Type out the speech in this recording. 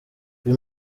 uyu